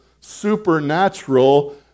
supernatural